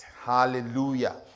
Hallelujah